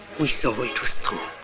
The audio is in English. we saw it was